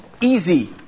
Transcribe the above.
easy